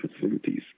facilities